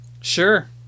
Sure